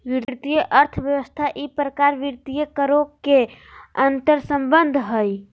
वित्तीय अर्थशास्त्र ई प्रकार वित्तीय करों के अंतर्संबंध हइ